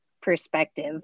perspective